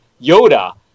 Yoda